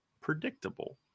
predictable